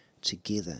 together